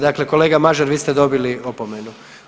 Dakle, kolega Mažar vi ste dobili opomenu.